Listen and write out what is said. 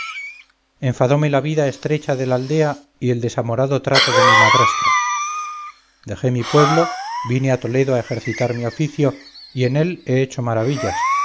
enfadóme la vida estrecha del aldea y el desamorado trato de mi madrastra dejé mi pueblo vine a toledo a ejercitar mi oficio y en él he hecho maravillas